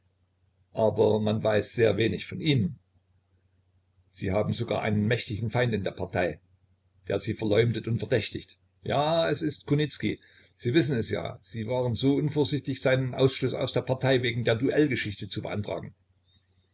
aber man weiß sehr wenig von ihnen sie haben sogar einen mächtigen feind in der partei der sie verleumdet und verdächtigt ja es ist kunicki sie wissen es ja sie waren so unvorsichtig seinen ausschluß aus der partei wegen der duellgeschichte zu beantragen